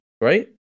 right